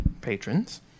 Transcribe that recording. patrons